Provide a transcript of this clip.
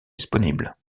disponibles